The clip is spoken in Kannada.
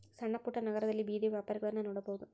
ಸಣ್ಣಪುಟ್ಟ ನಗರದಲ್ಲಿ ಬೇದಿಯ ವ್ಯಾಪಾರಗಳನ್ನಾ ನೋಡಬಹುದು